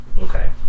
Okay